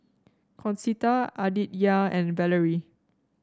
Concetta Aditya and Vallie